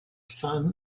son